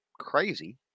crazy